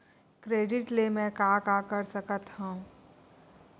Credit ले मैं का का कर सकत हंव?